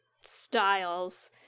styles